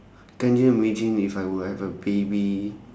can you imagine if I were have a baby